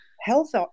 health